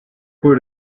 with